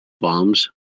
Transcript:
bombs